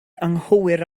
anghywir